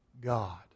God